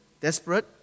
desperate